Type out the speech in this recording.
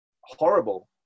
horrible